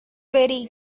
very